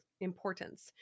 importance